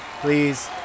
Please